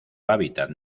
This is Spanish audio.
hábitat